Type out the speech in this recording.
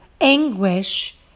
anguish